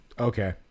Okay